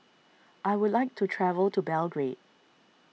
I would like to travel to Belgrade